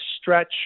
stretch